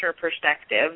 perspective